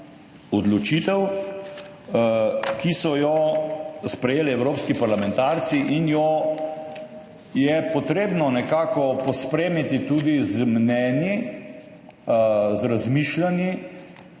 odločitev, ki so jo sprejeli evropski parlamentarci in jo je potrebno nekako pospremiti tudi z mnenji, z razmišljanji